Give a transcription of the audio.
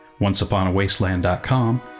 onceuponawasteland.com